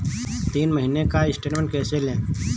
तीन महीने का स्टेटमेंट कैसे लें?